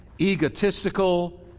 egotistical